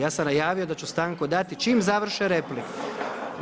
Ja sam najavio da ću stanku dati čim završe replike.